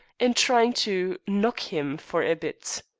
in trying to knock him for a bit.